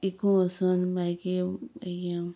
विकूं वचून मागीर मागीर